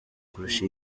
kurusha